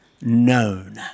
known